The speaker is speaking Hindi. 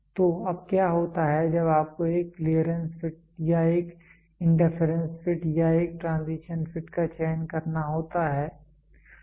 तो अब क्या होता है जब आपको एक क्लीयरेंस फिट या एक इंटरफेरेंस फिट या एक ट्रांजिशन फिट का चयन करना होता है